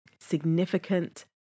significant